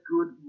Good